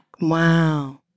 Wow